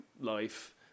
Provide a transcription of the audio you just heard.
life